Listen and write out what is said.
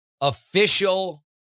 official